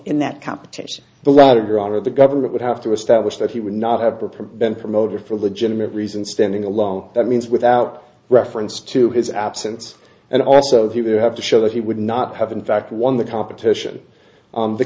in that competition the latter your honor the government would have to establish that he would not have been promoted for legitimate reasons standing along that means without reference to his absence and also he would have to show that he would not have in fact won the competition on the